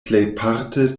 plejparte